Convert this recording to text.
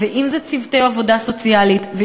אם צוותי עבודה סוציאלית,